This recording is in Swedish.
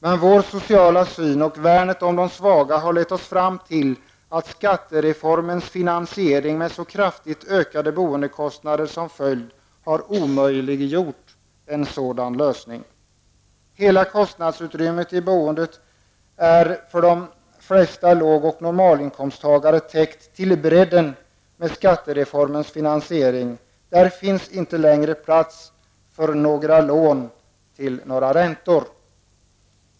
Men vår sociala syn och värnet om de svaga har lett oss fram till att skattereformens finansiering, med så kraftigt ökade boendekostnader som följd, har omöjliggjort en sådan lösning. Hela kostnadsutrymmet i boendet är för de flesta lågoch normalinkomsttagare täckt till bredden med skattereformens finansiering. Där finns inte längre plats för några lån till räntor.